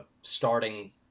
starting